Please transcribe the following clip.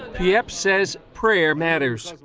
he says prayer matters.